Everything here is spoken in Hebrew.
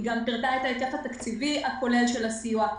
היא גם פירטה את ההיקף התקציבי הכולל של הסיוע.